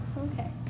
Okay